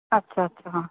ਅੱਛਾ ਅੱਛਾ ਹਾਂ